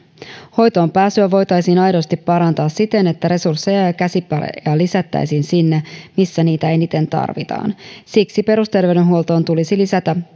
hoitoonpääsyä voitaisiin aidosti parantaa siten että resursseja ja käsipareja lisättäisiin sinne missä niitä eniten tarvitaan siksi perusterveydenhuoltoon tulisi lisätä